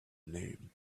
name